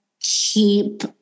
keep